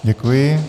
Děkuji.